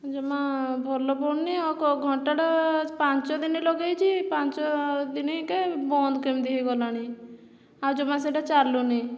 ଜମା ଭଲ ପଡ଼ୁନି ଆଉ ଘଣ୍ଟାଟା ପାଞ୍ଚଦିନ ଲଗେଇଛି ପାଞ୍ଚଦିନକେ ବନ୍ଦ କେମିତି ହେଇଗଲାଣି ଆଉ ଜମା ସେଇଟା ଚାଲୁନି